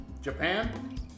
Japan